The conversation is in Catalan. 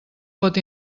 pot